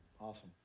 awesome